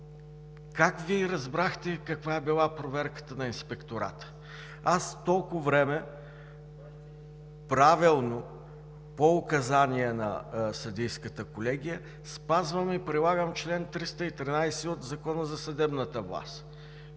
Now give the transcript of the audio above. Как Вие разбрахте каква е била проверката на Инспектората? Аз толкова време правилно, по указания на съдийската колегия, спазвам и прилагам чл. 313 от Закона за съдебната власт,